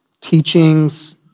teachings